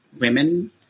women